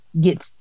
get